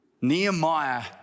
Nehemiah